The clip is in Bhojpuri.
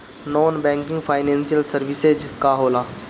नॉन बैंकिंग फाइनेंशियल सर्विसेज का होला?